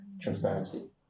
transparency